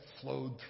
flowed